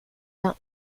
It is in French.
vingt